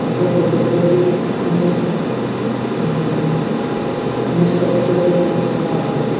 म्हाका फोटोग्राफी आनी स्क्लपचर सुद्दां करपाक आवडटा